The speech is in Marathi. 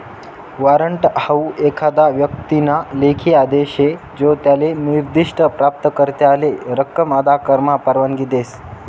वॉरंट हाऊ एखादा व्यक्तीना लेखी आदेश शे जो त्याले निर्दिष्ठ प्राप्तकर्त्याले रक्कम अदा करामा परवानगी देस